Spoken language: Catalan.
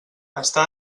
està